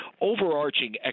overarching